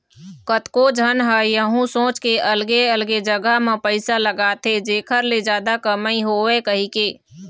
कतको झन ह यहूँ सोच के अलगे अलगे जगा म पइसा लगाथे जेखर ले जादा कमई होवय कहिके